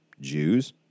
Jews